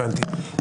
הבנתי.